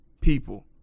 people